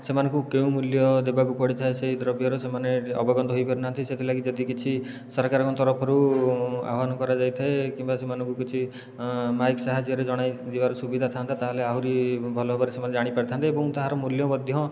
ସେମାନଙ୍କୁ କେଉଁ ମୂଲ୍ୟ ଦେବାକୁ ପଡ଼ିଥାଏ ସେହି ଦ୍ରବ୍ୟର ସେମାନେ ଅବଗତ ହୋଇପାରି ନାହାଁନ୍ତି ସେଥିଲାଗି ଯଦି କିଛି ସରକାରଙ୍କ ତରଫରୁ ଆହ୍ଵାନ କରାଯାଇଥାଏ କିମ୍ବା ସେମାନଙ୍କୁ କିଛି ମାଇକ୍ ସାହାଯ୍ୟରେ ଜଣାଇଦେବାର ସୁବିଧା ଥାଆନ୍ତା ତାହେଲେ ଆହୁରି ଭଲଭାବରେ ସେମାନେ ଜାଣିପାରିଥାନ୍ତେ ଏବଂ ତାହାର ମୂଲ୍ୟ ମଧ୍ୟ